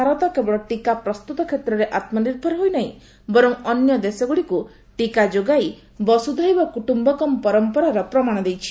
ଭାରତ କେବଳ ଟିକା ପ୍ରସ୍ତୁତ କ୍ଷେତ୍ରରେ ଆତ୍କନିର୍ଭର ହୋଇନାହିଁ ବରଂ ଅନ୍ୟ ଦେଶଗୁଡ଼ିକୁ ଟିକା ଯୋଗାଇ ଦେଇ ବସୁଧୈବ କୁଟୁମ୍ୟକମ୍ ପରମ୍ପରାର ପ୍ରମାଣ ଦେଇଛି